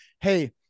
hey